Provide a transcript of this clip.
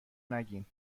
نگین